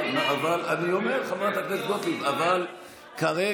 אבל אני אומר, חברת הכנסת גוטליב, כרגע,